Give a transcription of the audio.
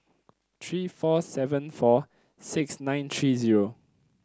three four seven four six nine three zero